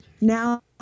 now